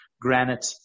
granite